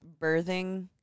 birthing